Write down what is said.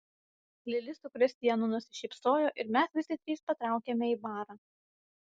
lili su kristijanu nusišypsojo ir mes visi trys patraukėme į barą